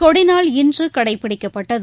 கொடுநாள் இன்றுகடைபிடிக்கப்பட்டது